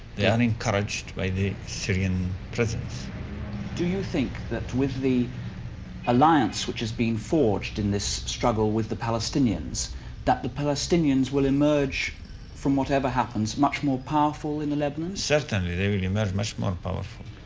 they are encouraged by the syrian presence do you think that with the ah like which has been forged in this struggle with the palestinians that the palestinians will emerge from whatever happens much more powerful in the lebanon certainly they will emerge much more powerful.